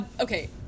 okay